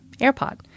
AirPod